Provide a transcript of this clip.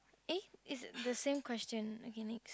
eh is the same question okay next